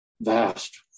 vast